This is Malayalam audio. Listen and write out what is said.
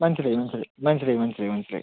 മനസ്സിലായി മനസ്സിലായി മനസ്സിലായി മനസ്സിലായി മനസ്സിലായി